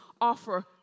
offer